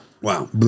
wow